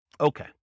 Okay